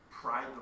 pride